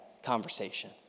conversation